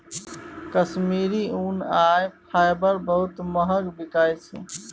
कश्मीरी ऊन आ फाईबर बहुत महग बिकाई छै